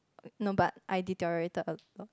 no but I deteriorated a lot